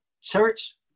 church